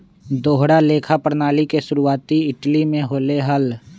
दोहरा लेखा प्रणाली के शुरुआती इटली में होले हल